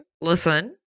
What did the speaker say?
Listen